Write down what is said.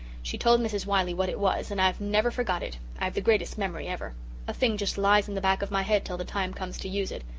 she told mrs. wiley what it was and i've never forgot it. i've the greatest memory ever a thing just lies in the back of my head till the time comes to use it.